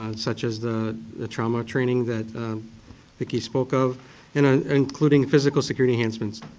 ah such as the the trauma training that vicki spoke of. and ah including physical security enhancements.